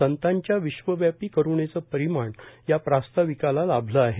संतांच्या विश्वव्यापी करूणेचे परिमाण या प्रास्ताविकेला लाभले आहे